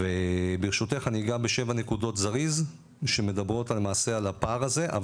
וברשותך אני אגע בשבע נקודות זריז שמדברות למעשה על הפער הזה,